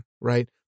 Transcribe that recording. right